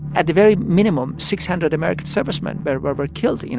at the very minimum, six hundred american servicemen but were were killed, you know,